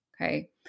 Okay